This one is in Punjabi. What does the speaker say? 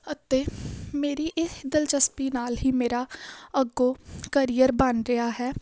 ਅਤੇ ਮੇਰੀ ਇਹ ਦਿਲਚਸਪੀ ਨਾਲ ਹੀ ਮੇਰਾ ਅੱਗੋ ਕਰੀਅਰ ਬਣ ਰਿਹਾ ਹੈ